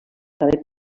també